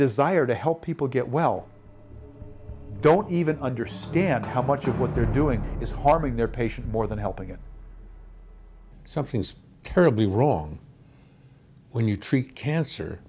desire to help people get well don't even understand how much of what they're doing is harming their patients more than helping it something's terribly wrong when you treat cancer